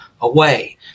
away